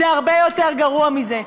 זה הרבה יותר גרוע מזה.